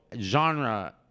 genre